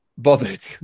bothered